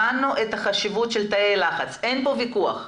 הבנו את חשיבות תאי הלחץ, ואין כאן ויכוח.